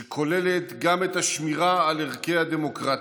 שכוללת גם את השמירה על ערכי הדמוקרטיה,